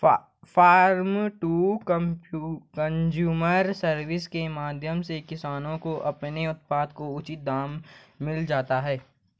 farmer to consumer service के माध्यम से किसानों को अपने उत्पाद का उचित दाम मिल जाता है